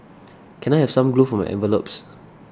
can I have some glue for my envelopes